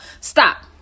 stop